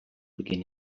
begin